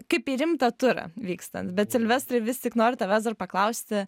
kaip į rimtą turą vykstant bet silvestrai vis tik noriu tavęs dar paklausti